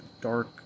dark